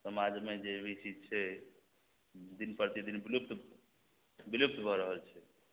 समाजमे जे भी चीज छै दिन प्रतिदिन बिलुप्त बिलुप्त भऽ रहल छै